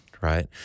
right